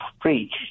preach